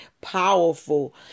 powerful